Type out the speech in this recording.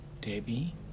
Debbie